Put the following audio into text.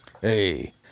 hey